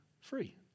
free